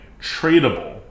tradable